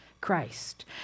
Christ